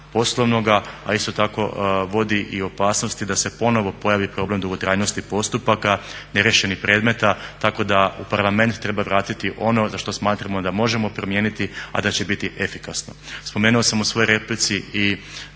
poslovnoga, a isto tako vodi i opasnosti da se ponovo pojavi problem dugotrajnosti postupaka, neriješenih predmeta, tako da u parlament treba vratiti ono za što smatramo da možemo promijeniti, a da će biti efikasno. Spomenuo sam u svojoj replici i